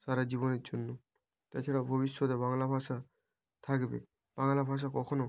সারা জীবনের জন্য তাছাড়াও ভবিষ্যতে বাংলা ভাষা থাকবে বাংলা ভাষা কখনো